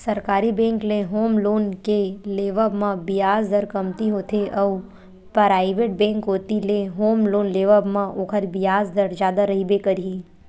सरकारी बेंक ले home loan के लेवब म बियाज दर कमती होथे अउ पराइवेट बेंक कोती ले होम लोन लेवब म ओखर बियाज दर जादा रहिबे करही